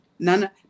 None